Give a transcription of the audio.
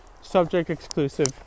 subject-exclusive